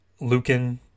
Lucan